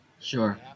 Sure